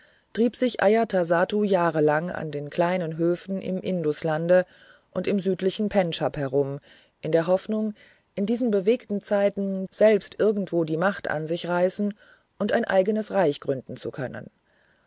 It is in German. trieb sich ajatasattu jahrelang an den kleinen höfen im induslande und im südlichen pendschab herum in der hoffnung in diesen bewegten zeiten selbst irgendwo die macht an sich reißen und ein eigenes reich gründen zu können